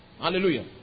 Hallelujah